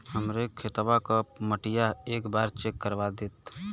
हमरे खेतवा क मटीया एक बार चेक करवा देत?